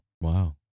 wow